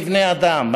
כבני אדם,